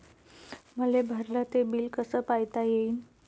मले भरल ते बिल कस पायता येईन?